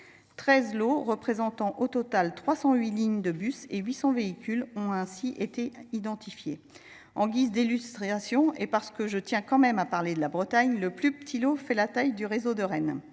13 lots représentant au total 308 lignes de bus et 800 véhicules ont ainsi été identifiés. En guise d’illustration, et parce que je tiens tout de même à parler de la Bretagne, le plus petit lot a la taille du réseau de Rennes.